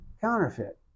counterfeit